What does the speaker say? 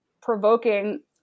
provoking